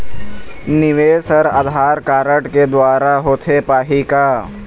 निवेश हर आधार कारड के द्वारा होथे पाही का?